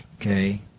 okay